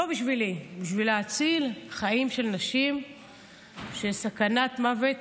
לא בשבילי, בשביל להציל חיים של נשים שסכנת מוות